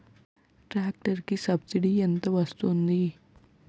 Tractor కి subsidy ఎంత వస్తుంది?